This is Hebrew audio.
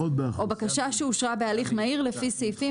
או בקשה שאושרה בהליך מהיר לפי סעיפים